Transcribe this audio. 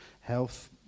health